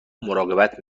مراقبت